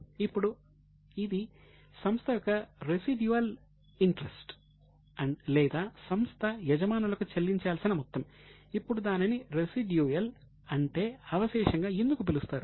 ఇప్పుడు ఇది సంస్థ యొక్క రెసిడ్యూయల్ ఇంట్రెస్ట్ గా పరిగణిస్తారు